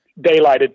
daylighted